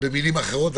במילים אחרות: